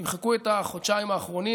תמחקו את החודשיים האחרונים.